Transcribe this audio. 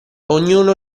ognuno